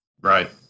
Right